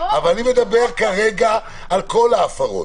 אני מדבר כרגע על כל ההפרות.